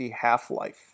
half-life